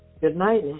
Goodnight